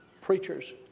Preachers